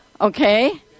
Okay